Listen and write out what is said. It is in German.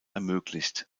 ermöglicht